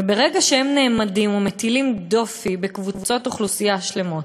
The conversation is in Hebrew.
וברגע שהם נעמדים ומטילים דופי בקבוצות אוכלוסייה שלמות,